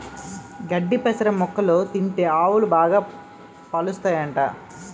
గడ్డి పెసర మొక్కలు తింటే ఆవులు బాగా పాలుస్తాయట